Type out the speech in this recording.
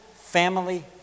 family